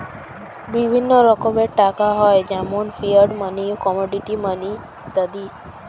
বিভিন্ন রকমের টাকা হয় যেমন ফিয়াট মানি, কমোডিটি মানি ইত্যাদি